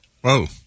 Whoa